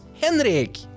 henrik